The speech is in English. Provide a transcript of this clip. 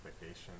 vacation